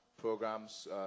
programs